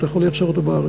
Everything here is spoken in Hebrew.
ואתה יכול לייצר אותו בארץ.